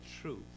truth